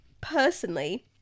personally